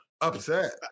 Upset